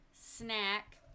snack